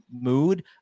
mood